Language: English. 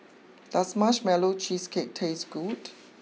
does Marshmallow Cheesecake taste good